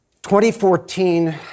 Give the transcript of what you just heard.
2014